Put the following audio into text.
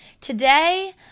Today